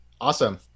Awesome